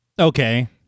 okay